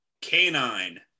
Canine